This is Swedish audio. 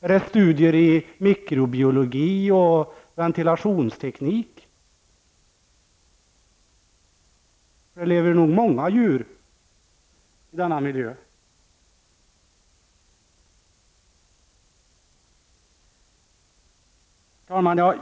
Är det studier i mikrobiologi och ventilationsteknik? Det lever nog många djur i denna miljö. Herr talman!